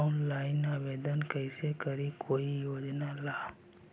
Online आवेदन कैसे करी कोई योजना ला?